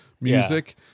music